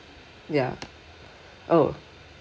ya oh